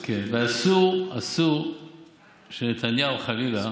ואסור, אסור שנתניהו, חלילה,